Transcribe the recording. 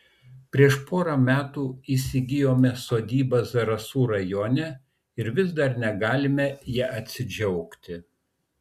prieš porą metų įsigijome sodybą zarasų rajone ir vis dar negalime ja atsidžiaugti